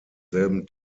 selben